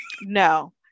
no